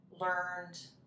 learned